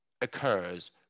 occurs